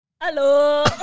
Hello